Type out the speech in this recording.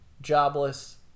jobless